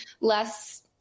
less